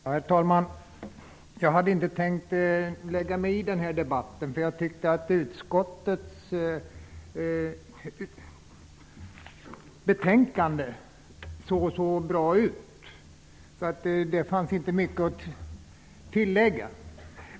Herr talman! Jag hade inte tänkt lägga mig i den här debatten, eftersom jag tyckte att utskottets betänkande såg bra ut. Det fanns inte mycket att tillägga.